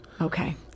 Okay